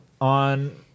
On